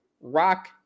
Rock